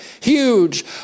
huge